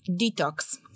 detox